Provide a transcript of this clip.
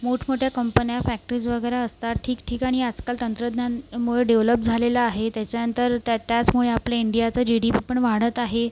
मोठमोठ्या कंपन्या फॅक्टरीज वगैरे असतात ठिकठिकाणी आजकाल तंत्रज्ञानमुळं डेवलप झालेलं आहे त्याच्यानंतर त्या त्याचमुळे आपल्या इंडियाचं जी डी पी पण वाढत आहे